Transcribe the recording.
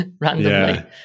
randomly